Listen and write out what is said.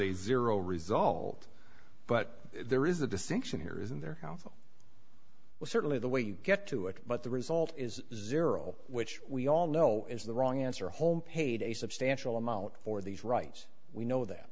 a zero result but there is a distinction here isn't there was certainly the way you get to it but the result is zero which we all know is the wrong answer home paid a substantial amount for these rights we know that